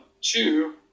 Two